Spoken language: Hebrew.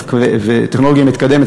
טכנולוגיה מתקדמת,